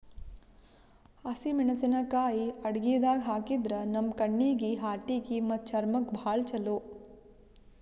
ಹಸಿಮೆಣಸಿಕಾಯಿ ಅಡಗಿದಾಗ್ ಹಾಕಿದ್ರ ನಮ್ ಕಣ್ಣೀಗಿ, ಹಾರ್ಟಿಗಿ ಮತ್ತ್ ಚರ್ಮಕ್ಕ್ ಭಾಳ್ ಛಲೋ